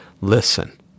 listen